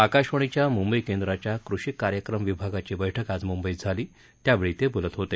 आकाशवाणीच्या मुंबई केंद्राच्या कृषी कार्यक्रम विभागाची बैठक आज मुंबईत झाली त्यावेळी ते बोलत होते